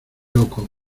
loco